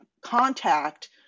contact